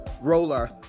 roller